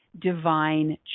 divine